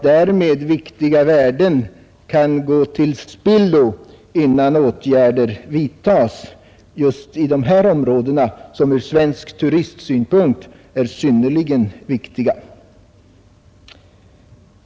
Därmed kan viktiga värden gå till spillo innan åtgärder vidtas just i dessa områden, som ur svensk turistsynpunkt är synnerligen viktiga.